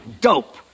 Dope